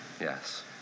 Yes